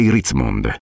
Ritzmond